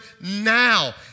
now